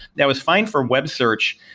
that was fine for web search.